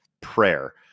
prayer